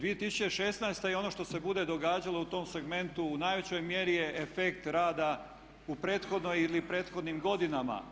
2016.je ono što se bude događalo u tom segmentu u najvećoj mjeri je efekt rada u prethodnoj ili prethodnim godinama.